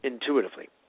intuitively